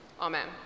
Amen